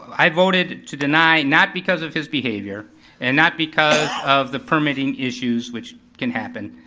i voted to deny not because of his behavior and not because of the permitting issues, which can happen.